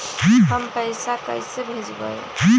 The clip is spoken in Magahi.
हम पैसा कईसे भेजबई?